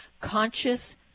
conscious